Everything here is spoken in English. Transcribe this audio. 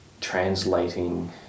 translating